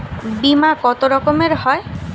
বিমা কত রকমের হয়?